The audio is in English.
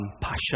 Pasha